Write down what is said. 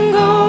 go